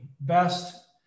best